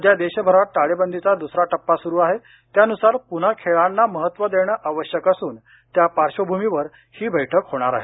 सध्या देशभरात टाळेबंदीचा दुसरा टप्पा सुरू आहे त्यानुसार पुन्हा खेळांना महत्तव देणं आवश्यक असून त्या पार्श्वभूमीवर ही बैठक होणार आहे